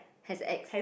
has ex